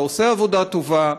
אתה עושה עבודה טובה: